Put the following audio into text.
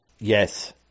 Yes